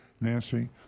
Nancy